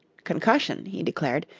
concussion, he declared,